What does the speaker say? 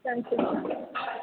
thank you sir